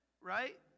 right